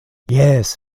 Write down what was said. jes